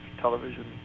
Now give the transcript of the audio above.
Television